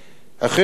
אכן נכון,